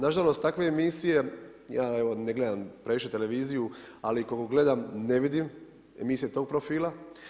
Na žalost takve emisije, ja evo ne gledam previše televiziju, ali koliko gledam ne vidim emisije tog profila.